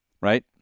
Right